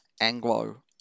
Anglo